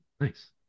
Nice